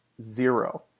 zero